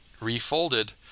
refolded